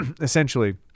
Essentially